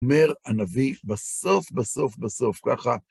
אומר הנביא בסוף, בסוף, בסוף, ככה.